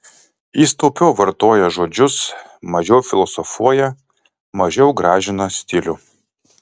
jis taupiau vartoja žodžius mažiau filosofuoja mažiau gražina stilių